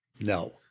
no